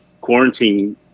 quarantine